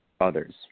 others